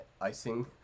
Icing